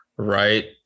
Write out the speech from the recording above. Right